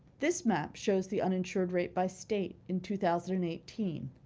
this map shows the uninsured rate by state in two thousand and eighteen.